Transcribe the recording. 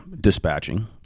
dispatching